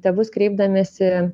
tėvus kreipdamiesi